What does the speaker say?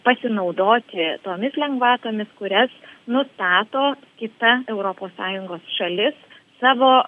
pasinaudoti tomis lengvatomis kurias nustato kita europos sąjungos šalis savo